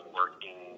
working